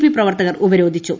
P പ്രവർത്തകർ ഉപരോധിച്ചു